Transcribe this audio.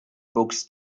books